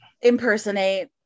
impersonate